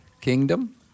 kingdom